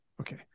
Okay